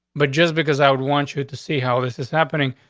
but just because i would want you to see how this is happening,